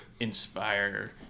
inspire